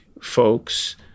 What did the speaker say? folks